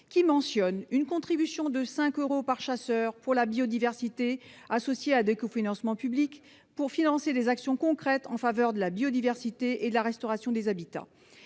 75 « une contribution de 5 $EUR par chasseur pour la biodiversité, associée à des cofinancements publics, pour financer des actions concrètes en faveur de la biodiversité et de la restauration des habitats.